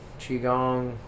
Qigong